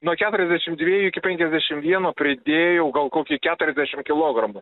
nuo keturiasdešim dviejų iki penkiasdešim vieno pridėjau gal kokį keturiasdešim kilogramų